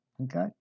Okay